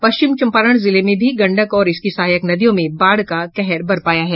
पश्चिम चम्पारण जिले में भी गंडक और इसकी सहायक नदियों में बाढ़ का कहर बरपाया है